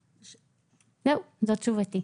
זהו, זו תשובתי.